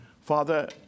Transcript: Father